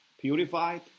purified